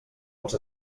als